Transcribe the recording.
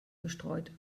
bestreut